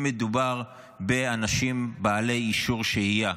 אם מדובר באנשים בעלי אישור שהייה.